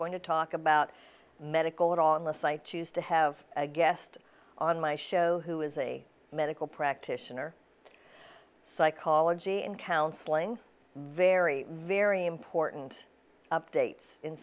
going to talk about medical or on the site choose to have a guest on my show who is a medical practitioner of psychology and counseling very very important updates in